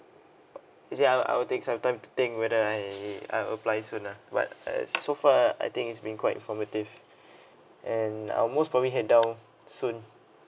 is it I'll I'll take some time to think whether I I'll apply soon lah but uh so far I think it's been quite informative and I'll most probably head down soon